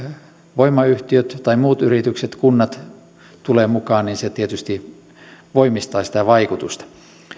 voimayhtiöt tai muut yritykset kunnat tulevat mukaan tietysti voimistaa sitä vaikutusta